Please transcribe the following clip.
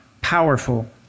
powerful